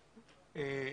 האלה,